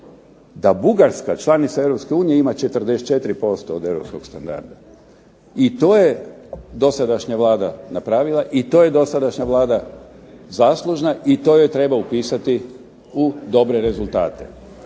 da Bugarska članica EU ima 44% od europskog standarda. I to je dosadašnja Vlada napravila i to je dosadašnja Vlada zaslužna i to joj treba upisati u dobre rezultate.